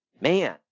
man